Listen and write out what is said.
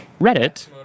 Reddit